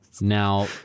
now